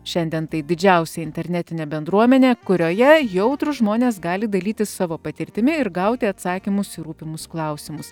šiandien tai didžiausia internetinė bendruomenė kurioje jautrūs žmonės gali dalytis savo patirtimi ir gauti atsakymus į rūpimus klausimus